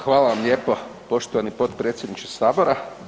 Hvala vam lijepo poštovani potpredsjedniče Sabora.